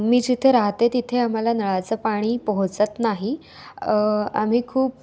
मी जिथे राहते तिथे आम्हाला नळाचं पाणी पोहोचत नाही आम्ही खूप